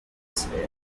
sphere